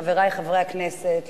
חברי חברי הכנסת,